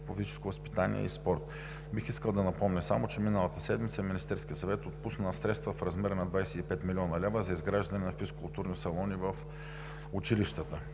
по физическо възпитание и спорт. Бих искал да напомня само, че миналата седмица Министерският съвет отпусна средства в размер на 25 млн. лв. за изграждане на физкултурни салони в училищата.